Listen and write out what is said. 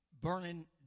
burning